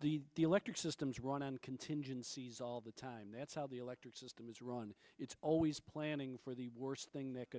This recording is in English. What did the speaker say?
the electric systems run on contingencies all the time that's how the electoral system is run it's always planning for the worst thing that could